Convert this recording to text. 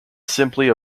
simply